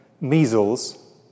measles